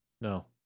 No